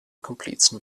komplizen